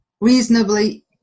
reasonably